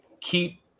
keep